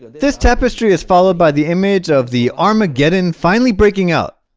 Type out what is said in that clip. this tapestry is followed by the image of the armageddon finally breaking out